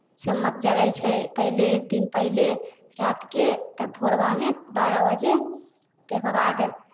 सम्मत जड़ै छै पहिले एक दिन पहिले रातिकेँ तब भोरवामे बारह बजे तकर बाद